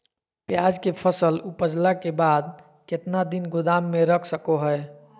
प्याज के फसल उपजला के बाद कितना दिन गोदाम में रख सको हय?